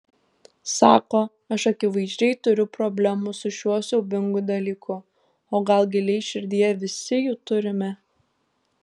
sako aš akivaizdžiai turiu problemų su šiuo siaubingu dalyku o gal giliai širdyje visi jų turime